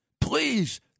Please